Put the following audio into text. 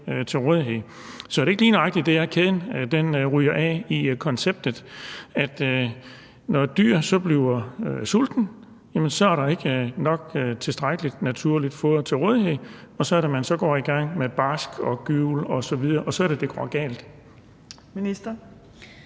Så er det ikke lige nøjagtig der, kæden ryger af i konceptet, altså at der, når et dyr bliver sultent, ikke er tilstrækkeligt naturligt foder til rådighed og det så er, at de går i gang med bark og gyvel osv., og det går galt?